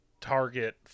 target